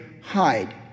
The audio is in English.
hide